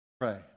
Pray